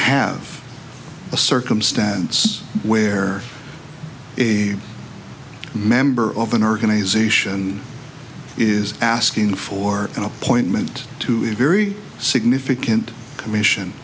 have a circumstance where a member of an organization is asking for an appointment to a very significant commission